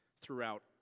throughout